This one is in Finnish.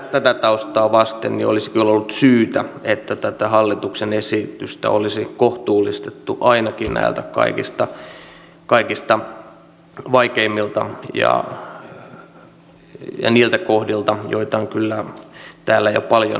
tätä taustaa vasten olisi kyllä ollut syytä että tätä hallituksen esitystä olisi kohtuullistettu ainakin näiltä kaikista vaikeimmilta ja niiltä kohdilta joita on kyllä täällä jo paljon arvosteltu